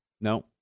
No